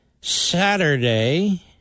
Saturday